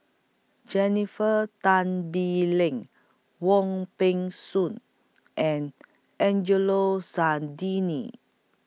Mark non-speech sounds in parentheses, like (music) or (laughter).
Jennifer Tan Bee Leng Wong Peng Soon and Angelo (unintelligible)